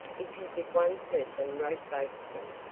because if one person wrote both of them,